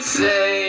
say